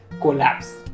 collapse